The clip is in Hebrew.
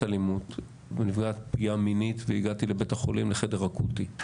אלימות ונפגעת פגיעה מינית והגעתי לבית החולים לחדר אקוטי,